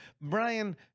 Brian